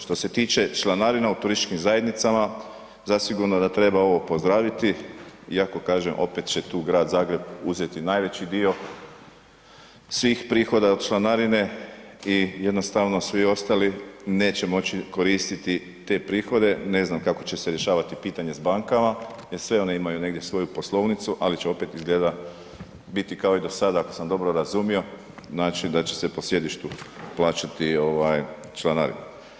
Što se tiče članarina u turističkim zajednicama, zasigurno da treba ovo pozdraviti, iako kažem opet će tu Grad Zagrebi uzeti najveći dio svih prihoda od članarine i jednostavno svi ostali neće moći koristiti te prihode, ne znam kako će se rješavati pitanje s bankama, jer sve one imaju negdje svoju poslovnicu, ali će opet izgleda biti kao i do sada, ako sam dobro razumio, znači da će se po sjedištu plaćati ovaj članarina.